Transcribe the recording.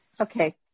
Okay